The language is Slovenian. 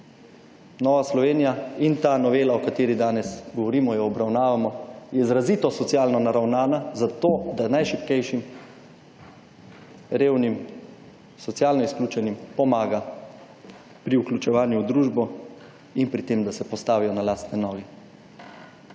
Nova Slovenija in ta novela o kateri danes govorimo, jo obravnavamo, je izrazito socialno naravnana, zato da najšibkejšim, revnim, socialno izključenim pomaga pri vključevanju v družbo in pri tem, da se postavijo na lastne noge.